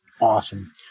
Awesome